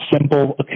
simple